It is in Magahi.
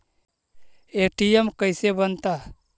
ए.टी.एम कैसे बनता?